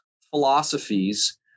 philosophies